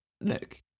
look